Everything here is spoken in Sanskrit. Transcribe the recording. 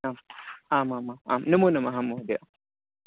आम् आमाम् आम् नमो नमः महोदय